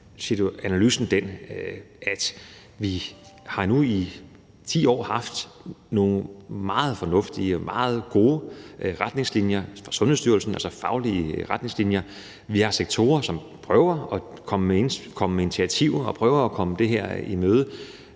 se er analysen den, at vi nu i 10 år har haft nogle meget fornuftige og meget gode retningslinjer fra Sundhedsstyrelsen, altså faglige retningslinjer. Vi har sektorer, som prøver at komme med initiativer og prøver at komme det her i møde,